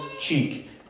cheek